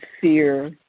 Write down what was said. fear